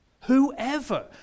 Whoever